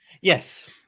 Yes